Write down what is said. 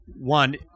one